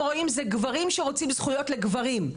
רואים זה גברים שרוצים זכויות לגברים.